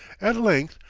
at length,